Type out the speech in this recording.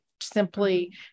simply